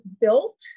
built